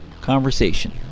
conversation